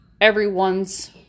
everyone's